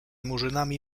murzynami